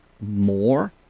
more